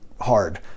hard